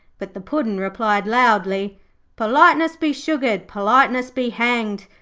but the puddin' replied loudly politeness be sugared, politeness be hanged,